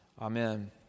Amen